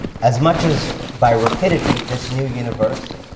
as much as by rapidity, this new universe,